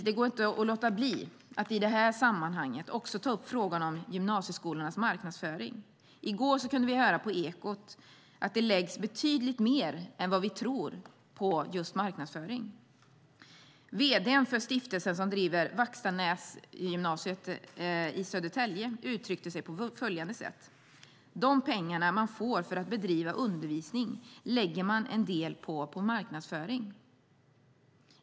Det går inte att låta bli att i det här sammanhanget också ta upp frågan om gymnasieskolornas marknadsföring. I går kunde vi i Ekot höra att det läggs betydligt mer pengar än vi tror på just marknadsföring. Vd:n för den stiftelse som driver Vackstanäs Gymnasiet i Södertälje uttryckte sig på följande sätt: Av de pengar man får för att bedriva undervisning lägger man en del på marknadsföring.